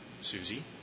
Susie